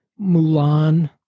Mulan